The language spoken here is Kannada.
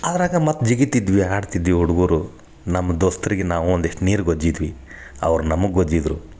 ಅದ್ರಗ ಮತ್ತೆ ಜಿಗಿತಿದ್ವಿ ಆಡ್ತಿದ್ವಿ ಹುಡುಗುರು ನಮ್ಮ ದೋಸ್ರಿಗ ನಾವು ಒಂದಿಷ್ಟು ನೀರು ಗೊಜ್ಜಿದ್ವಿ ಅವ್ರ ನಮ್ಗ ಗೊಜ್ಜಿದ್ದರು